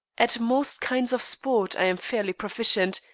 at most kinds of sport i am fairly proficient,